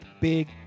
big